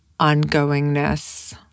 ongoingness